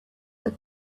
that